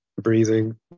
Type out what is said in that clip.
breathing